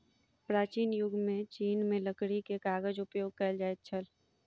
प्राचीन युग में चीन में लकड़ी के कागज उपयोग कएल जाइत छल